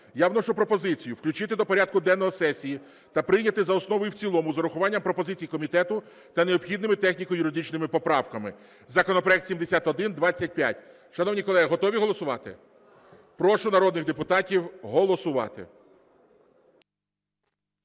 Я вношу пропозицію включити до порядку денного сесії та прийняти за основу і в цілому, з урахуванням пропозицій комітету та необхідними техніко-юридичними поправками, законопроект 7125. Шановні колеги, готові голосувати? Прошу народних депутатів голосувати.